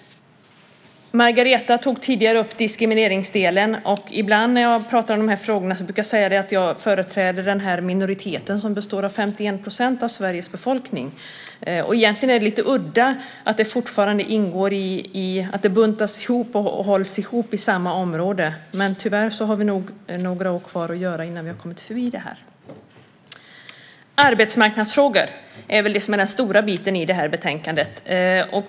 Margareta tog tidigare upp diskriminering. Ibland när jag pratar om de här frågorna brukar jag säga att jag företräder den minoritet som består av 51 % av Sveriges befolkning. Egentligen är det lite udda att de fortfarande buntas ihop och hålls ihop i samma område. Tyvärr har vi några år kvar innan vi har kommit förbi det. Arbetsmarknadsfrågor är den stora biten i det här betänkandet.